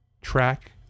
Track